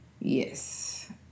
Yes